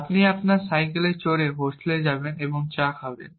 আপনি আপনার সাইকেলে চড়ে হোস্টেলে যাবেন এবং চা খাবেন